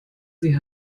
sie